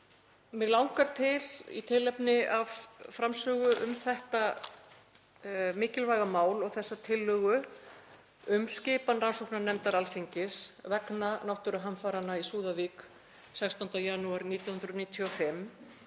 Mig langar, í tilefni af framsögu um þetta mikilvæga mál og þessa tillögu um skipan rannsóknarnefndar Alþingis vegna náttúruhamfaranna í Súðavík 16. janúar 1995,